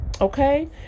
Okay